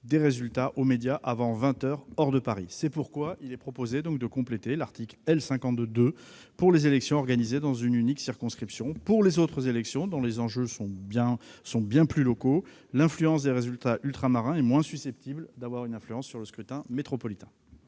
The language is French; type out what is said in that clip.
de résultats aux médias avant vingt heures, heure de Paris. C'est pourquoi il est proposé de compléter l'article L. 52-2 pour les élections organisées dans une unique circonscription. Pour les autres élections, dont les enjeux sont bien plus locaux, l'influence des résultats ultramarins est moins susceptible d'avoir une influence sur le scrutin métropolitain.